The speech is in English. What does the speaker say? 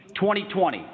2020